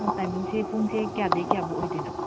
ꯑꯣ ꯇꯥꯏꯝꯃꯤꯡꯁꯦ ꯄꯨꯡꯁꯦ ꯀꯌꯥꯗꯩ ꯀꯌꯥꯕꯨ ꯑꯣꯏꯗꯨꯏꯅꯣ